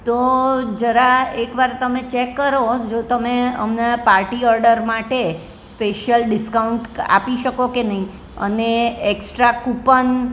તો જરા એક વાર તમે ચેક કરો જો તમે અમને પાર્ટી ઓર્ડર માટે સ્પેશિયલ ડિસ્કાઉન્ટ આપી શકો કે નહીં અને એકસ્ટ્રા કુપન